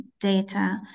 data